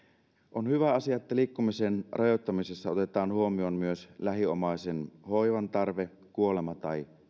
on hyvä asia että liikkumisen rajoittamisessa otetaan huomioon myös lähiomaisen hoivantarve kuolema tai